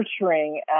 nurturing